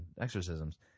exorcisms